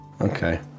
Okay